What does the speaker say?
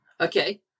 Okay